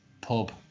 pub